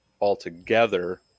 altogether